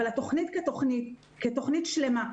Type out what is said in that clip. התוכנית כתוכנית שלמה,